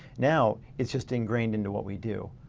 now it's just ingrained into what we do.